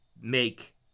make